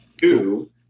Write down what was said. Two